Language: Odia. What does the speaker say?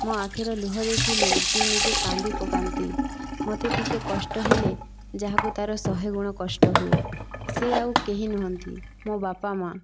ମୋ' ଆଖିର ଲୁହ ଦେଖିଲେ ଯିଏ ନିଜେ କାନ୍ଦି ପକାନ୍ତି ମୋତେ ଟିକେ କଷ୍ଟ ହେଲେ ଯାହାକୁ ତାର ଶହେ ଗୁଣ କଷ୍ଟ ହୁଏ ସିଏ ଆଉ କେହି ନୁହନ୍ତି ମୋ' ବାପା ମା'